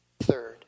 third